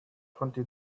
twenty